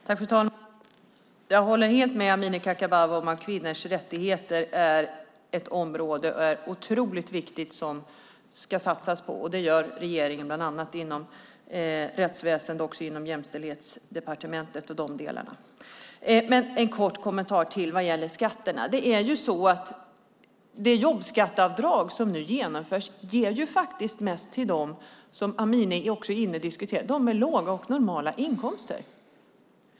Fru talman! Jag håller helt med Amineh Kakabaveh om att kvinnors rättigheter är ett otroligt viktigt område som ska satsas på, och det gör regeringen bland annat inom rättsväsen och även Jämställdhetsdepartementet och de delarna. En kort kommentar vad gäller skatterna: Det jobbskatteavdrag som nu genomförs ger faktiskt mest till dem som Amineh diskuterar, nämligen de med låga och normala inkomster.